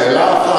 שאלה 1,